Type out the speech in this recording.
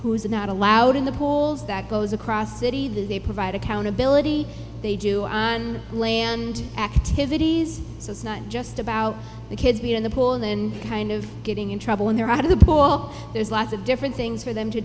who is not allowed in the polls that goes across city they provide accountability they do on land activities so it's not just about the kids being in the pool and kind of getting in trouble when they're out of the ball there's lots of different things for them to